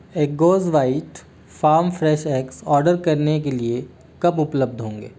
Eggoz white farm fresh eggs order करने के लिए कब उपलब्ध होंगे